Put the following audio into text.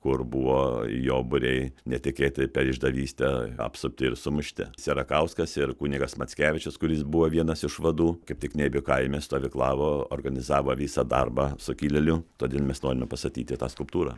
kur buvo jo būriai netikėtai per išdavystę apsupti ir sumušti sierakauskas ir kunigas mackevičius kuris buvo vienas iš vadų kaip tik kniebių kaime stovyklavo organizavo visą darbą sukilėlių todėl mes norime pastatyti tą skulptūrą